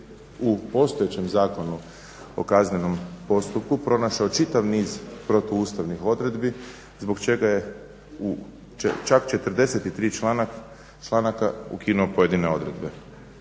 u postojećem Zakonu o kaznenom postupku pronašao čitav niz protu ustavnih odredbi zbog čega je u čak 43. članaka ukinio pojedine odredbe.